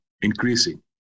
increasing